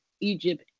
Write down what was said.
Egypt